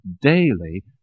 daily